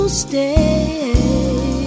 stay